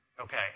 Okay